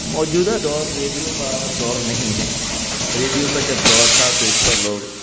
موجودہ دور ریڈیو کا دور نہیں ہیں ریڈیو کا جب دور تھا تو اس پر لوگ